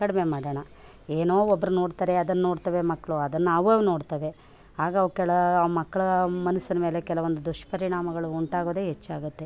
ಕಡಿಮೆ ಮಾಡೋಣ ಏನೋ ಒಬ್ಬರು ನೋಡ್ತಾರೆ ಅದನ್ನ ನೋಡ್ತಾವೆ ಮಕ್ಕಳು ಅದನ್ನ ನಾವು ನೋಡ್ತೇವೆ ಆಗ ನಾವು ಕೇಳೋ ಮಕ್ಕಳ ಮನ್ಸಿನ ಮೇಲೆ ಕೆಲವೊಂದು ದುಷ್ಪರಿಣಾಮಗಳು ಉಂಟಾಗೋದೆ ಹೆಚ್ಚಾಗುತ್ತೆ